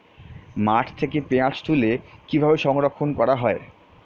মাঠ থেকে পেঁয়াজ তুলে কিভাবে সংরক্ষণ করা হয়?